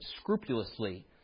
scrupulously